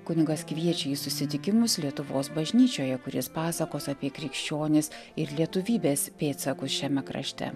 kunigas kviečia į susitikimus lietuvos bažnyčioje kuris pasakos apie krikščionis ir lietuvybės pėdsakus šiame krašte